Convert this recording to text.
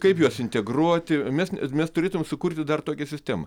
kaip juos integruoti mes mes turėtumėme sukurti dar tokią sistemą